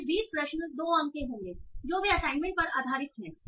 फिर 20 प्रश्न 2 अंक के होंगे जो वे असाइनमेंट पर आधारित हैं